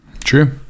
True